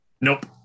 Nope